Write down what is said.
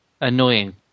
annoying